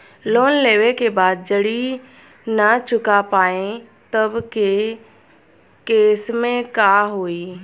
Loan लेवे के बाद जड़ी ना चुका पाएं तब के केसमे का होई?